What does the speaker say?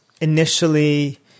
initially